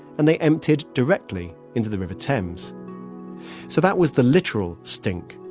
and they emptied directly into the river thames so that was the literal stink.